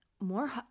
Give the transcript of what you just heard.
more